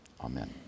Amen